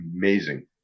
amazing